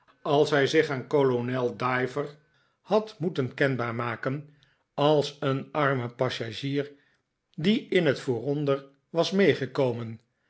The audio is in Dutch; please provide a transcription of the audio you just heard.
als hij zich aan kolonel diver had moeten kenbaar maken als een arme passagier die in het vooronder was meegekomen